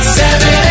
seven